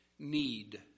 Need